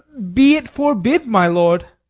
be it forbid, my lord!